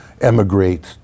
emigrate